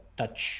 touch